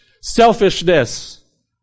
selfishness